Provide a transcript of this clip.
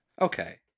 Okay